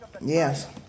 Yes